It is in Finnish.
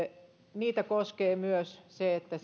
niitä koskee myös se että